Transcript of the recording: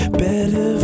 better